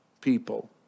people